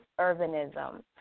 Urbanism